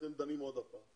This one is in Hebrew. אתם דנים עוד פעם.